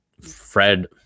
Fred